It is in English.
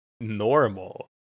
normal